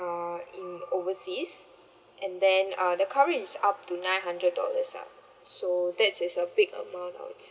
uh in overseas and then uh the coverage is up to nine hundred dollars ah so that is a big amount I would say